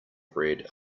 bread